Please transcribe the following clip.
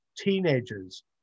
teenagers